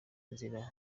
inzira